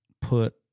put